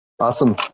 awesome